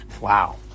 Wow